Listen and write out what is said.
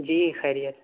جی خیریت